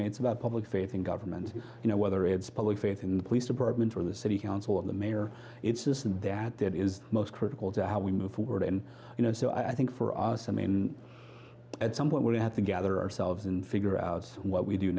it's about public faith in government you know whether it's public faith in the police department or the city council of the mayor it's this and that that is most critical to how we move forward and you know so i think for us i mean at some point we have to gather ourselves and figure out what we do